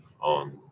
on